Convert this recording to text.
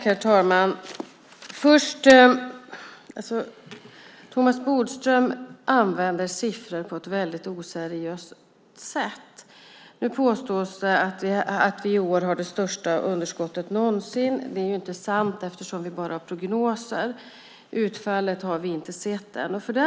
Herr talman! Thomas Bodström använder siffror på ett väldigt oseriöst sätt. Nu påstås det att vi i år har det största underskottet någonsin. Det är inte sant. Vi har nu bara prognoser; utfallet har vi ännu inte sett.